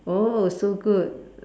oh so good